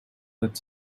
that